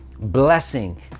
blessing